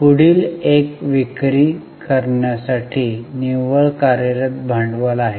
पुढील एक विक्री करण्यासाठी निव्वळ कार्यरत भांडवल आहे